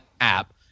app